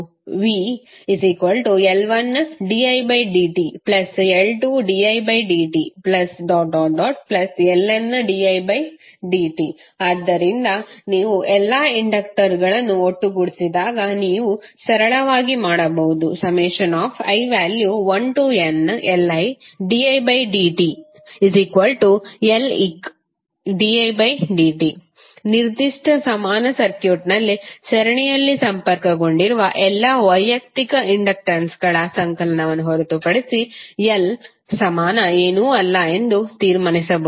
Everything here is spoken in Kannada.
vL1didtL2didtLndidt ಆದ್ದರಿಂದ ನೀವು ಎಲ್ಲಾ ಇಂಡಕ್ಟರುಗಳನ್ನು ಒಟ್ಟುಗೂಡಿಸಿದಾಗ ನೀವು ಸರಳವಾಗಿ ಮಾಡಬಹುದು i1nLididtLeqdidt ನಿರ್ದಿಷ್ಟ ಸಮಾನ ಸರ್ಕ್ಯೂಟ್ನಲ್ಲಿ ಸರಣಿಯಲ್ಲಿ ಸಂಪರ್ಕಗೊಂಡಿರುವ ಎಲ್ಲಾ ವೈಯಕ್ತಿಕ ಇಂಡಕ್ಟನ್ಗಳ ಸಂಕಲನವನ್ನು ಹೊರತುಪಡಿಸಿ L ಸಮಾನ ಏನೂ ಅಲ್ಲ ಎಂದು ತೀರ್ಮಾನಿಸಬಹುದು